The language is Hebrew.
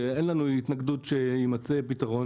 שאין לנו התנגדות שיימצא פתרון,